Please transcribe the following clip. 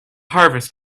harvest